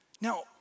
Now